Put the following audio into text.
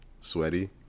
sweaty